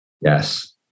Yes